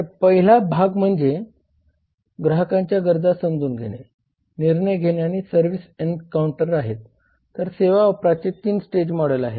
तर पहिला भाग म्हणजे ग्राहकांच्या गरजा समजून घेणे निर्णय घेणे आणि सर्विस एन्काऊंटर आहेत तर सेवा वापराचे 3 स्टेज मॉडेल आहे